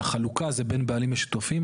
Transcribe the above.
החלוקה זה בין בעלים משותפים.